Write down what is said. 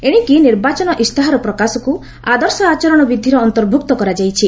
ଏଶିକି ନିର୍ବାଚନ ଇସ୍ତହାର ପ୍ରକାଶକୁ ଆଦର୍ଶ ଆଚରଣ ବିଧିର ଅନ୍ତର୍ଭୁକ୍ତ କରାଯାଇଛି